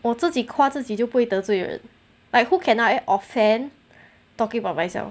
我自己夸自己就不会得罪人 like who can I offend talking about myself